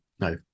No